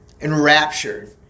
enraptured